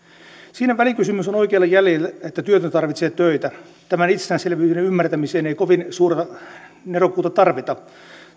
siinä välikysymys on oikeilla jäljillä että työtön tarvitsee töitä tämän itsestäänselvyyden ymmärtämiseen ei kovin suurta nerokkuutta tarvita